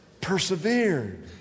persevered